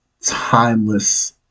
timeless